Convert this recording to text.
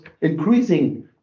increasing